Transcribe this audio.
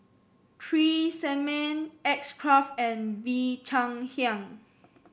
Tresemme X Craft and Bee Cheng Hiang